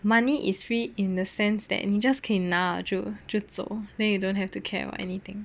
money is free in the sense that you just 拿了就就走 then you don't have to care about anything